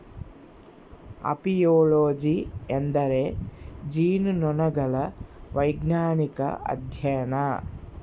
apiology ಎಂದರೆ ಜೇನುನೊಣಗಳ ವೈಜ್ಞಾನಿಕ ಅಧ್ಯಯನ